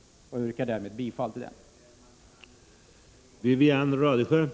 Jag yrkar därmed bifall till reservationen.